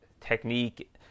technique